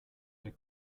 der